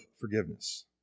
forgiveness